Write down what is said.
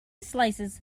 slices